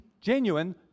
genuine